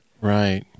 Right